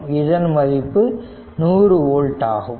எனவே இதன் மதிப்பு 100 வோல்ட் ஆகும்